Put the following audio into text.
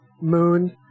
moon